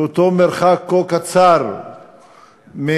באותו מרחק כה קצר מהמוקטעה.